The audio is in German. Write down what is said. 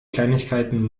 kleinigkeiten